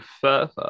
further